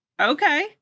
Okay